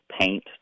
Paint